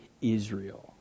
Israel